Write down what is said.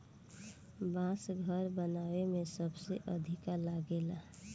बांस घर बनावे में सबसे अधिका लागेला